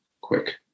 quick